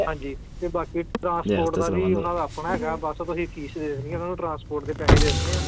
ਹਾਂਜੀ ਅਤੇ ਬਾਕੀ ਟਰਾਂਸਪੋਰਟ ਦਾ ਵੀ ਉਹਨਾਂ ਦਾ ਆਪਣਾ ਹੈਗਾ ਬਸ ਤੁਸੀਂ ਫੀਸ ਦੇ ਦੇਣੀ ਹੈ ਉਹਨਾਂ ਨੂੰ ਟ੍ਰਾਂਸਪੋਰਟ ਦੇ ਪੈਸੇ ਦੇ ਦੇਣੇ ਆ